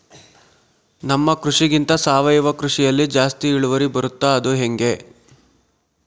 ನಮ್ಮ ಕೃಷಿಗಿಂತ ಸಾವಯವ ಕೃಷಿಯಲ್ಲಿ ಜಾಸ್ತಿ ಇಳುವರಿ ಬರುತ್ತಾ ಅದು ಹೆಂಗೆ?